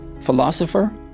philosopher